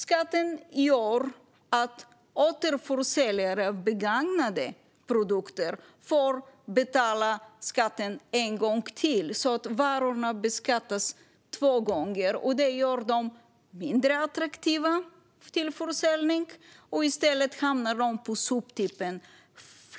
Skatten gör att återförsäljare av begagnade produkter får betala skatten en gång till - varorna beskattas alltså två gånger. Det gör dem mindre attraktiva för försäljning, och i stället hamnar de på soptippen.